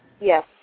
Yes